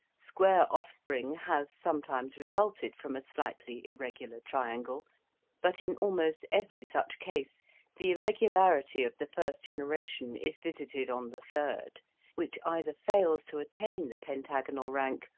square offspring has sometimes resulted from a slightly irregular triangle but in almost every such case the irregularity of the first generation is visited on the third which either fails to attain the pentagonal rank,